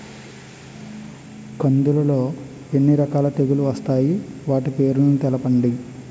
కందులు లో ఎన్ని రకాల తెగులు వస్తాయి? వాటి పేర్లను తెలపండి?